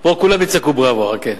פה כולם יצעקו בראבו, חכה: